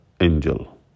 Angel